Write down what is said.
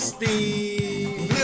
Steve